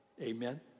Amen